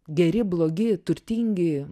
geri blogi turtingi